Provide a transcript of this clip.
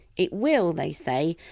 it will they say,